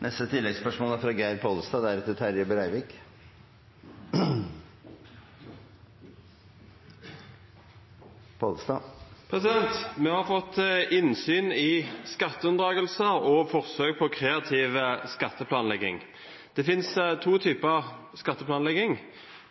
Geir Pollestad – til oppfølgingsspørsmål. Vi har fått innsyn i skatteunndragelser og forsøk på kreativ skatteplanlegging. Det finnes to typer skatteplanlegging: